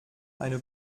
eine